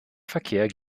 verkehr